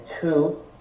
two